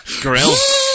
grill